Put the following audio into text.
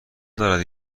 دارد